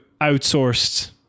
outsourced